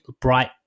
bright